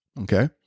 okay